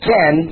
Ten